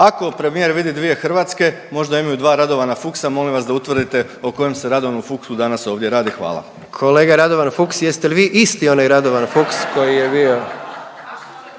ako premijer vidi dvije Hrvatske, možda imaju dva Radovana Fuchsa. Molim vas da utvrdite o kojem se Radovanu Fuchsu danas ovdje radi. Hvala. **Jandroković, Gordan (HDZ)** Kolega Radovan Fuchs jeste li vi isti onaj Radovan Fuchs koji je bio.